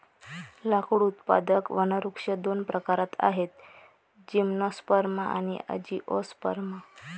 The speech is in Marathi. लाकूड उत्पादक वनवृक्ष दोन प्रकारात आहेतः जिम्नोस्पर्म आणि अँजिओस्पर्म